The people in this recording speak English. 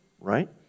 right